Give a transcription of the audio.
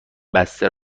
بسته